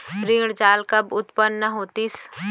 ऋण जाल कब उत्पन्न होतिस?